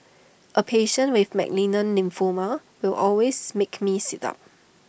A patient with malignant lymphoma will always makes me sit up